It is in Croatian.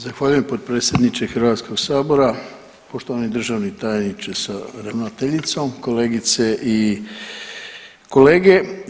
Zahvaljujem potpredsjedniče Hrvatskog sabora, poštovani državni tajniče sa ravnateljicom, kolegice i kolege.